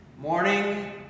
morning